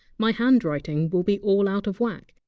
my handwriting will be all out of whack.